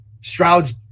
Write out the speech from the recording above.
Stroud's